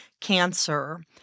cancer